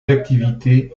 d’activité